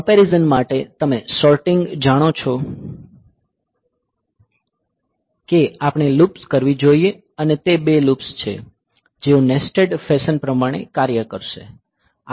comparison માટે તમે sorting જાણો છો કે આપણે લૂપ્સ કરવી જોઈએ અને તે બે લૂપ્સ છે જેઓ નેસ્ટેડ ફેશન પ્રમાણે કાર્ય કરશે